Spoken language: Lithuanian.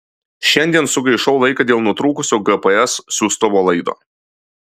šiandien sugaišau laiką dėl nutrūkusio gps siųstuvo laido